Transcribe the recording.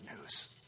news